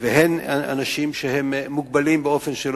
והן אנשים שהם מוגבלים באופן שהם לא